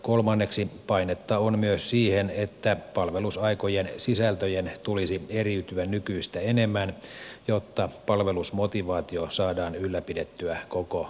kolmanneksi painetta on myös siihen että palvelusaikojen sisältöjen tulisi eriytyä nykyistä enemmän jotta palvelusmotivaatio saadaan ylläpidettyä koko varusmiesajan